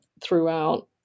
throughout